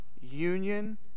Union